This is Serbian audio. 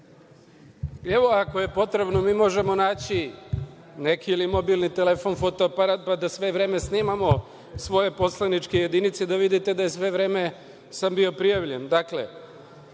vreme? Ako je potrebno mi možemo naći ili neki mobilni telefon, fotoaparat pa da sve vreme snimamo svoje poslaničke jedinice da vidite da sam sve vreme bio prijavljen. Dakle,